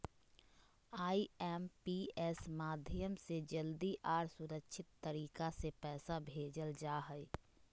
IMPS माध्यम से जल्दी आर सुरक्षित तरीका से पैसा भेजल जा हय